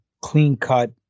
clean-cut